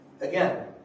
Again